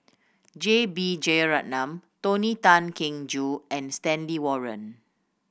J B Jeyaretnam Tony Tan Keng Joo and Stanley Warren